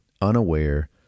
unaware